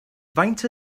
faint